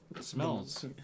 smells